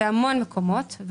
בהמון מקומות.